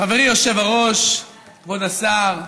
חברי היושב-ראש, כבוד השר,